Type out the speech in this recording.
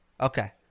okay